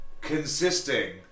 consisting